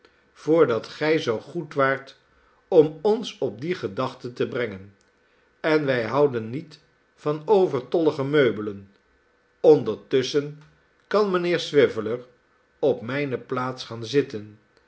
voordat gij zoo goed waart om ons op die gedachte te brengen en wij houden niet van overtollige meubelen ondertusschen kan mijnheer swiveller op mijne plaats gaan zitten